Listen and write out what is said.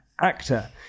actor